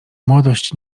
młodość